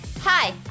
Hi